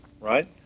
right